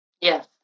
Yes